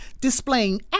displaying